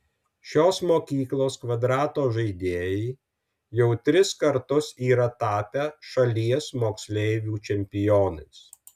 šios mokyklos kvadrato žaidėjai jau tris kartus yra tapę šalies moksleivių čempionais